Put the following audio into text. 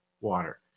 water